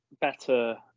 better